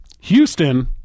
Houston